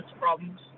problems